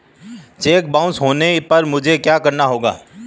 Check bounce होने पर मुझे क्या करना चाहिए?